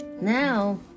now